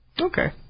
Okay